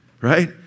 right